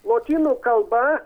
lotynų kalba